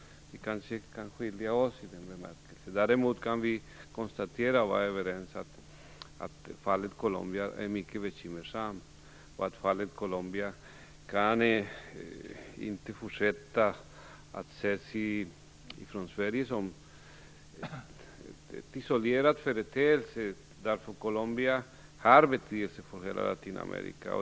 Vi kanske skiljer oss åt i den bemärkelsen. Däremot kan vi konstatera och vara överens om att fallet Colombia är mycket bekymmersamt och att man från Sverige inte kan fortsätta att se fallet Colombia som en isolerad företeelse. Colombia har betydelse för hela Latinamerika.